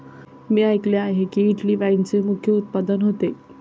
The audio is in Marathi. मी ऐकले आहे की, इटली वाईनचे मुख्य उत्पादक होते